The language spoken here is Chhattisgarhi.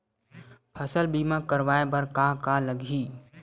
फसल बीमा करवाय बर का का लगही?